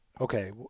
okay